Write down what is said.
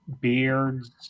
beards